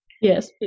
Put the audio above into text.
yes